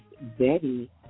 Betty